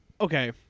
okay